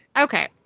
Okay